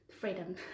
freedom